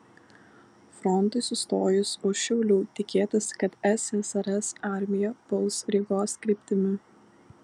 frontui sustojus už šiaulių tikėtasi kad ssrs armija puls rygos kryptimi